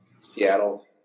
Seattle